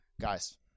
Guys